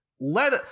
Let